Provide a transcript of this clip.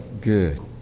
good